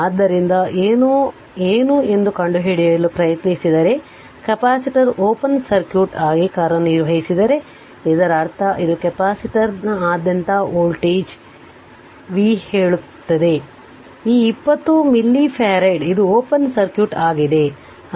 ಆದ್ದರಿಂದ ಏನು ಎಂದು ಕಂಡುಹಿಡಿಯಲು ಪ್ರಯತ್ನಿಸಿದರೆ ಕೆಪಾಸಿಟರ್ ಓಪನ್ ಸರ್ಕ್ಯೂಟ್ ಆಗಿ ಕಾರ್ಯನಿರ್ವಹಿಸಿದರೆ ಇದರರ್ಥ ಇದು ಕೆಪಾಸಿಟರ್ನಾದ್ಯಂತ ವೋಲ್ಟೇಜ್ v ಹೇಳುತ್ತದೆ ಈ 20 ಮಿಲಿಫರಾಡ್ ಇದು ಓಪನ್ ಸರ್ಕ್ಯೂಟ್ ಆಗಿದೆ